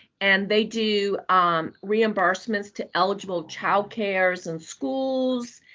and they do um reimbursements to eligible child cares and schools,